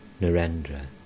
Narendra